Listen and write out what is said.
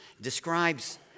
describes